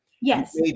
yes